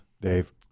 dave